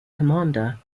commander